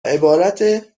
عبارت